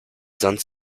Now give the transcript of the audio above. sand